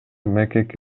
мкк